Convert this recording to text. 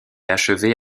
achevé